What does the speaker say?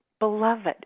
Beloved